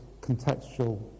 contextual